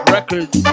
Records